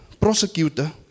Prosecutor